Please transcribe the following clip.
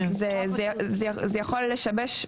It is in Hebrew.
זה יכול לשבש.